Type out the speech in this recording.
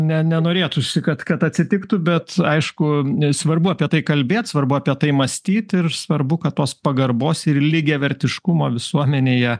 ne norėtųsi kad kad atsitiktų bet aišku svarbu apie tai kalbėt svarbu apie tai mąstyt ir svarbu kad tos pagarbos ir lygiavertiškumo visuomenėje